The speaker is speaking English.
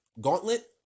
gauntlet